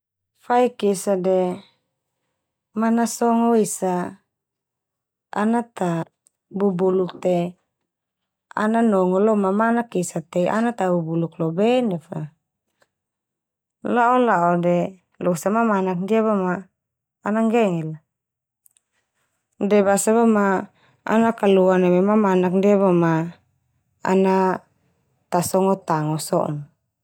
Faik esa de manasongo esa ana ta bubuluk te ana nongo lo mamanak esa te ana ta bubuluk lo be ndia fa. La'o-la'o de losa mamanak ndia bo ma ana nggengel a. De basa boma ana kalua neme mamanak ndia boe ma ana ta songo tango so'on.